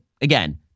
again